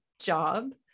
job